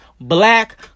black